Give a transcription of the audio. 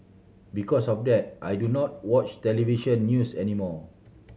because of that I do not watch television news anymore